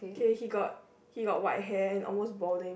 okay he got he got white hair and almost balding